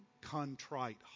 contrite